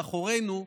מאחורינו,